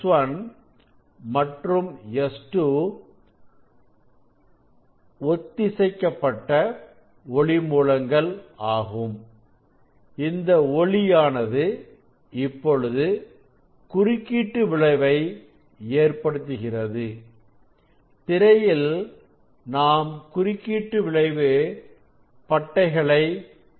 S1 மற்றும் S2 ஒத்திசைவான ஒளி மூலங்கள் ஆகும் இந்த ஒளியானது இப்பொழுது குறுக்கீட்டு விளைவை ஏற்படுத்துகிறது திரையில் நாம் குறுக்கீட்டு விளைவு பட்டைகளை பார்க்கிறோம்